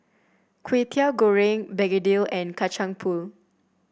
Kwetiau Goreng Begedil and Kacang Pool